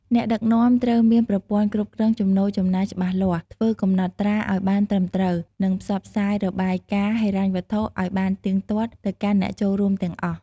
អ្នកដឹកនាំត្រូវមានប្រព័ន្ធគ្រប់គ្រងចំណូលចំណាយច្បាស់លាស់ ធ្វើកំណត់ត្រាឱ្យបានត្រឹមត្រូវ និងផ្សព្វផ្សាយរបាយការណ៍ហិរញ្ញវត្ថុឲ្យបានទៀងទាត់ទៅកាន់អ្នកចូលរួមទាំងអស់។